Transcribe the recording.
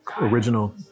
original